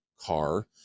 car